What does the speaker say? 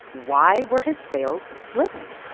why were his sales slipping?